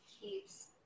keeps